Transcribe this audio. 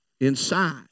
inside